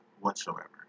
whatsoever